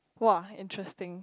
!wah! interesting